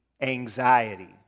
anxiety